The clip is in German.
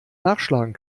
nachschlagen